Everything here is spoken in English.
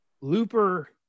Looper